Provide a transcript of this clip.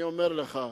אני אומר לך,